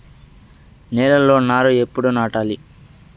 నేలలో నారు ఎప్పుడు నాటాలి?